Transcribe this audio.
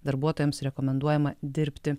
darbuotojams rekomenduojama dirbti